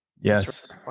yes